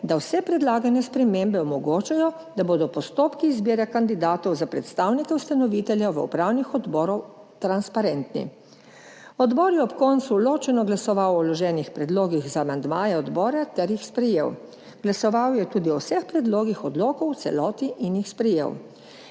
da vse predlagane spremembe omogočajo, da bodo postopki izbire kandidatov za predstavnike ustanoviteljev v upravnih odborih transparentni. Odbor je ob koncu ločeno glasoval o vloženih predlogih za amandmaje odbora ter jih sprejel. Glasoval je tudi o vseh predlogih odlokov v celoti in jih sprejel.